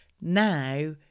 Now